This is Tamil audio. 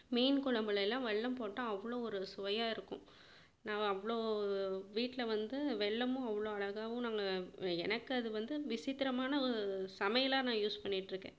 மீன் குழம்புல எல்லாம் வெல்லம் போட்டால் அவ்வளோ ஒரு சுவையாக இருக்கும் நான் அவ்வளோ வீட்டில் வந்து வெல்லமும் அவ்வளோ அழகாகவும் நாங்கள் எனக்கு அது வந்து விசித்திரமான ஒ சமையலாக நான் யூஸ் பண்ணிட்டுருக்கேன்